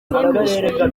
zemejwe